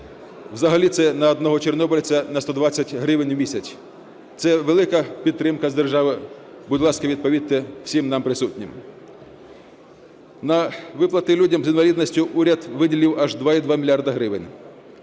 взагалі це на одного чорнобильця на 120 гривень в місяць. Це велика підтримка з держави. Будь ласка, відповідьте всім нам присутнім. На виплати людям з інвалідністю уряд виділив аж 2,2 мільярда